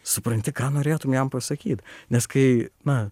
supranti ką norėtum jam pasakyt nes kai na